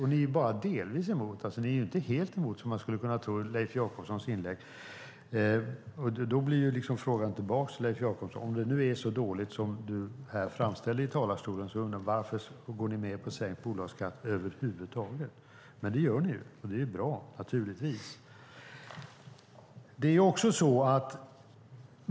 Men ni är bara delvis emot, inte helt emot, som man skulle kunna tro av Leif Jakobssons inlägg. Då blir frågan till Leif Jakobsson: Om det nu är så dåligt som du här framställer det i talarstolen, varför går ni då med på sänkt bolagsskatt över huvud taget? Men det gör ni, och det är naturligtvis bra.